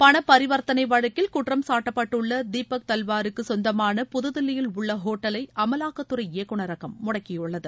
பணபரிவர்த்தனை வழக்கில் குற்றம் காட்டப்பட்டுள்ள தீபக் தல்வாருக்கு கொந்தமான புதுதில்லியில் உள்ள ஹோட்டலை அமலாக்கத்துறை இயக்குநரகம் முடக்கியுள்ளது